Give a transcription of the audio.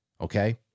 okay